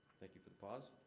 thank you for the pause.